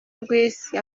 rw’isi